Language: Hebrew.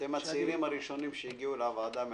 אתם הצעירים הראשונים שהגיעו לוועדה מהחקלאות.